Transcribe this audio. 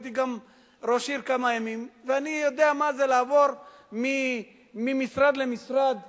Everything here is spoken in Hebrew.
הייתי גם ראש עיר כמה ימים ואני יודע מה זה לעבור ממשרד למשרד,